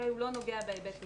הוא לא נוגע בהיבט הזה.